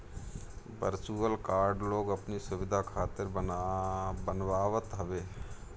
virtual card लोग अपनी सुविधा खातिर बनवावत हवे